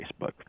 Facebook